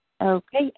Okay